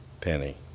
penny